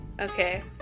Okay